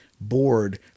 bored